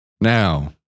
Now